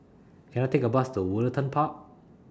Can I Take A Bus to Woollerton Park